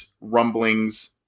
rumblings